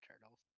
Turtles